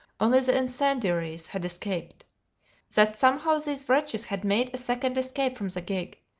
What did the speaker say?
only the incendiaries had escaped that somehow these wretches had made a second escape from the gig,